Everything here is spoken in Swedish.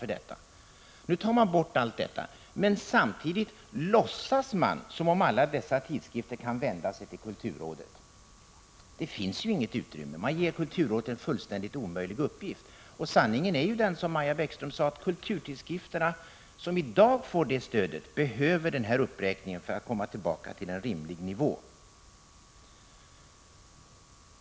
Samtidigt som regeringen avvecklar stödet låtsas den som om alla tidskrifter kan vända sig till kulturrådet för att få stöd. Det finns emellertid inget utrymme för detta. Man ger kulturrådet en fullständigt omöjlig uppgift! Sanningen är den, vilket Maja Beckström sade, att de kulturtidskrifter som i dag får detta stöd verkligen behöver en uppräkning för att komma tillbaka till en rimlig nivå.